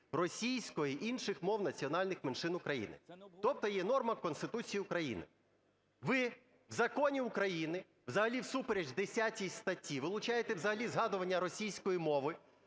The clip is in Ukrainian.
російської (інших мов національних меншин України). Тобто є норма Конституції України. Ви в законі України взагалі всупереч 10 статті вилучаєте взагалі згадування російської мови.